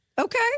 Okay